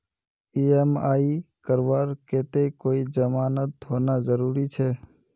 EMI करवार केते कोई जमानत होना जरूरी छे?